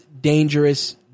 dangerous